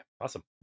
awesome